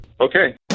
Okay